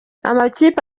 amakipe